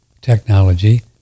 technology